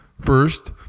First